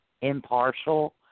impartial